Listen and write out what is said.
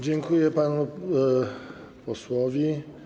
Dziękuję panu posłowi.